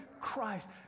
Christ